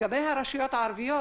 לגבי הרשויות הערביות,